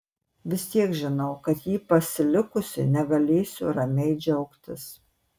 vis tiek žinau kad jį pasilikusi negalėsiu ramiai džiaugtis